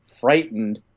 frightened